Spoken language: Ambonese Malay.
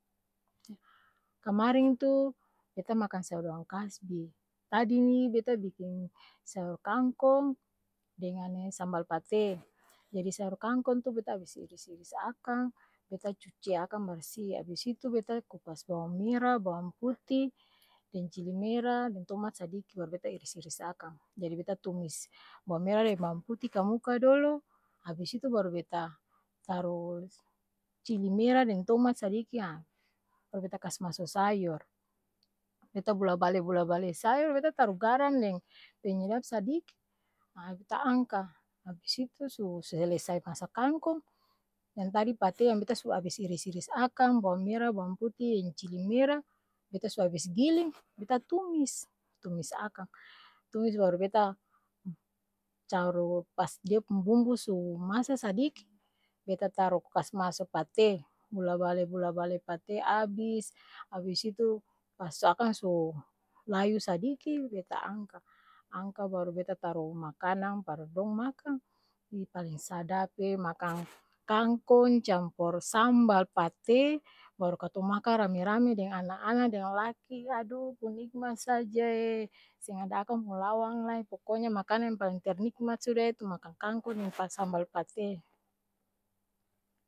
Kemaren tu beta makang sayur daong kasbi, tadi ni, beta biking sayur kangkong, dengan'e sambal pate jadi sayor kangkong tu beta abis iris-iris akang, beta cuci akang barsi, abis itu beta kupas bawang mera, bawang puti, deng cili mera, deng tomat sadiki baru beta iris-iris akang, jadi beta tumis, bawang mera deng bawang puti kamuka doloo abis itu baru beta, taru cili mera deng tomat sadiki aa baru beta kas maso sayor, beta bula-bale bula-bale sayor beta taru garam deng penyedap sadiki aa, beta angka abis itu su selesai masa kangkong, yang tadi pate yang beta su abis iris-iris akang, bawang mera, bawang puti deng cili mera, beta su abis giling, beta tumis, tumis akang, tumis baru beta, taru pas dia pung bumbu su masa sadiki, beta taru kas maso pate, bula-bale bula-bale pate abis, abis itu pas akang su layu sadiki, beta angka, angka baru beta taru makanang par dong makang, ih paleng sadap'ee makang kangkong campor sambal pate, baru katong makang rame-rame deng ana-ana deng laki, adoo pung nikmat saja'eee seng ada akang pung lawang lai, poko nya makanang yang paleng ternikmat suda itu makang kangkong deng pa sambal pate.